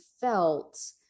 felt